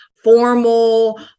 formal